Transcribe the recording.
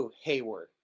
Hayward